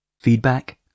Feedback